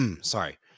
sorry